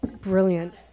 brilliant